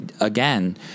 Again